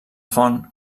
font